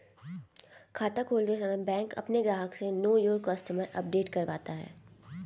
खाता खोलते समय बैंक अपने ग्राहक से नो योर कस्टमर अपडेट करवाता है